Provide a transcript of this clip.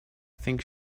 think